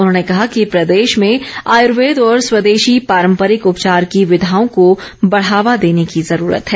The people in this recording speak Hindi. उन्होंने कहा कि प्रदेश में आयुर्वेद और स्वदेशी पारम्परिक उपचार की विधाओं को बढ़ावा देने की जरूरत है